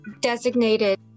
designated